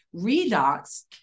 redox